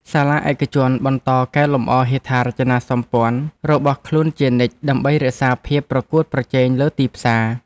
សាលាឯកជនបន្តកែលម្អហេដ្ឋារចនាសម្ព័ន្ធរបស់ខ្លួនជានិច្ចដើម្បីរក្សាភាពប្រកួតប្រជែងលើទីផ្សារ។